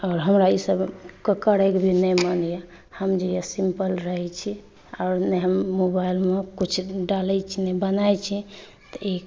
आओर हमरा ई सब करैके भी नहि मोन अइ हम जे अइ सिम्पल रहै छी आओर नहि हम मोबाइलमे किछु डालै छी नहि बनाए छी तऽ ई